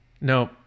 No